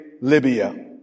Libya